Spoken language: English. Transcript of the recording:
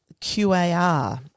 QAR